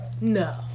No